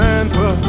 answer